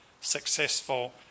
successful